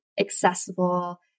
accessible